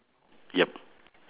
yup